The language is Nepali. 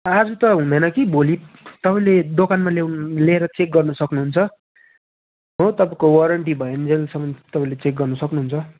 आज त हुँदैन कि भोलि तपाईँले दोकानमा ल्याउनु ल्याएर चेक गर्नु सक्नुहुन्छ हो तपाईँको वारन्टी भइन्जेलसम्म तपाईँले चेक गर्नु सक्नुहुन्छ